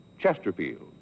Chesterfield